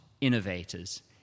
innovators